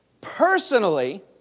Personally